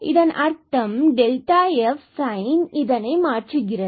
இதன் அர்த்தம் என்பது f சைன் இதனை மாற்றுகிறது